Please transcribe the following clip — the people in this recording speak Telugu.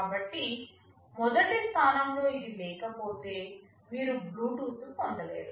కాబట్టి మొదటి స్థానంలో ఇది లేకపోతే మీరు బ్లూటూత్ పొందలేరు